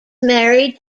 married